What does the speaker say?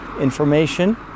information